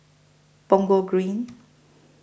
Punggol Green